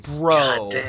bro